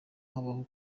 habaho